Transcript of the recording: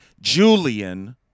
Julian